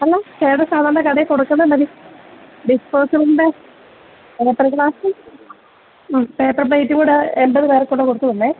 അല്ലാ ചേട്ടൻ സാധാരണ കടയില് കൊടുക്കുന്നതു മതി ഡിസ്പോസിബിളിൻ്റെ പേപ്പർ ഗ്ലാസും പേപ്പർ പ്ലേറ്റുംകൂടെ എണ്പതു പേർക്കുള്ളത് കൊടുത്തുവിടണേ